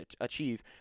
achieve